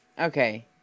okay